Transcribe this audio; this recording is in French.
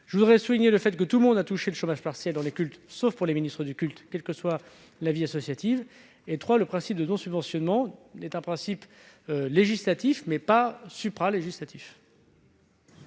je voudrais souligner que tout le monde a touché le chômage partiel dans les cultes, sauf les ministres du culte, quelle que soit la vie associative. Troisièmement, le principe de non-subventionnement est un principe législatif, mais non supralégislatif.